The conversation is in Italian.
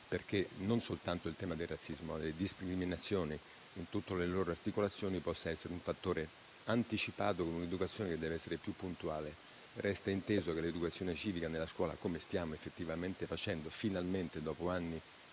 non soltanto il razzismo, ma le discriminazioni in tutte le loro articolazioni devono essere anticipate con un'educazione che deve essere più puntuale. Resta inteso che l'educazione civica nella scuola, come stiamo effettivamente facendo, finalmente, dopo anni